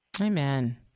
Amen